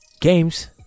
Games